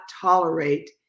tolerate